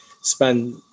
spend